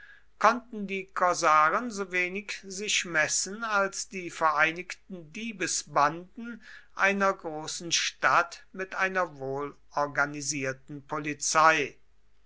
konnten die korsaren so wenig sich messen als die vereinigten diebesbanden einer großen stadt mit einer wohlorganisierten polizei